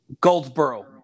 Goldsboro